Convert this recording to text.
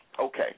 Okay